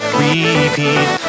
repeat